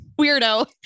weirdo